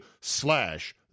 slash